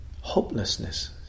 hopelessness